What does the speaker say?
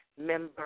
member